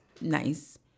nice